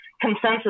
consensus